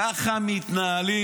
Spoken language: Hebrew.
ככה מתנהלים.